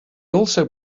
also